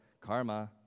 karma